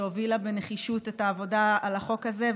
שהובילה בנחישות את העבודה על החוק הזה,